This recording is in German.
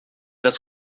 das